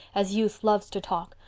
as youth loves to talk,